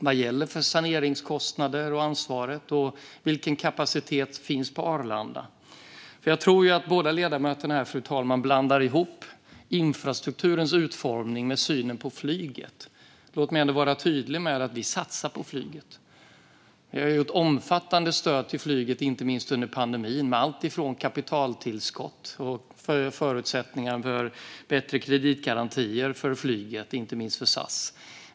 Vad gäller för saneringskostnaderna? Vilket är ansvaret? Vilken kapacitet finns det på Arlanda? Fru talman! Jag tror att båda ledamöterna blandar ihop infrastrukturens utformning med synen på flyget. Låt mig vara tydlig med att vi satsar på flyget. Vi har gett omfattande stöd till flyget, inte minst under pandemin, med allt från kapitaltillskott till förutsättningar för bättre kreditgarantier för flyget, inte minst för SAS.